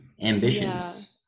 ambitions